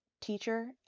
teacher